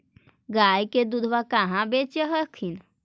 गया के दूधबा कहाँ बेच हखिन?